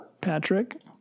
Patrick